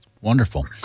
wonderful